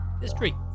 History